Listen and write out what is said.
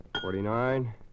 forty-nine